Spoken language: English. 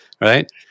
right